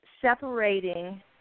separating